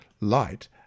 light